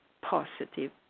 positive